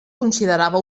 considerava